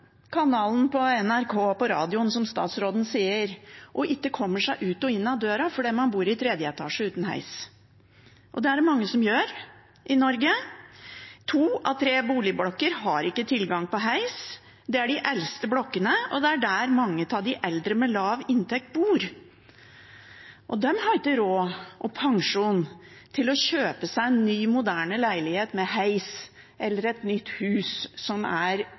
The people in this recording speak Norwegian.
kanalen fra NRK på radioen, som statsråden sier, og kommer seg ikke ut og inn av døra, for man bor i tredje etasje uten heis. Det er det mange som gjør i Norge. To av tre boligblokker har ikke tilgang på heis. Det gjelder de eldste blokkene, og det er der mange av de eldre med lav inntekt bor. De har ikke råd til eller pensjon til å kjøpe seg en ny, moderne leilighet med heis eller et nytt hus som er